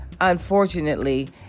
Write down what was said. Unfortunately